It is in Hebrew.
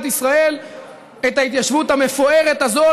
ישראל את ההתיישבות המפוארת הזאת,